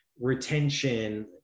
retention